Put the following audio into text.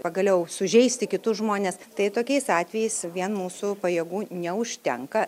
pagaliau sužeisti kitus žmones tai tokiais atvejais vien mūsų pajėgų neužtenka